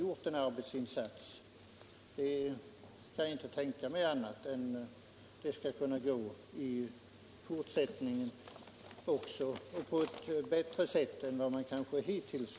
Jag kan inte tänka mig annat än att det skall kunna gå även i fortsättningen, ja, kanske t.o.m. gå bättre än hittills.